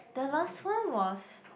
the last one was